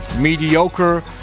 mediocre